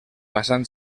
basant